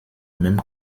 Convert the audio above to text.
même